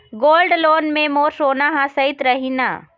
Gold loan मे मोर सोना हा सइत रही न?